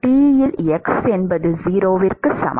T இல் x 0 சமம்